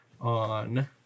on